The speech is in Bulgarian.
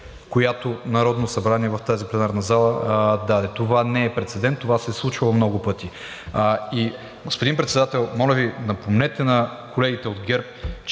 която Народното събрание в тази пленарна зала даде. Това не е прецедент, това се е случвало много пъти. Господин Председател, моля Ви, напомнете на колегите от ГЕРБ,